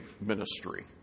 ministry